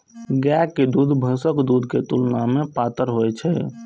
गायक दूध भैंसक दूध के तुलना मे पातर होइ छै